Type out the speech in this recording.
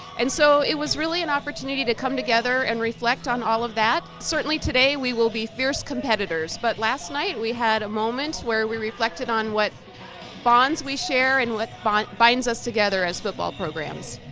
and so it was really an opportunity to come together and reflect on all of that. certainly today, we will be fierce competitors but last night we had a moment where we reflected on what bonds we share and what binds us together as football programs.